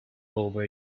over